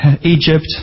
Egypt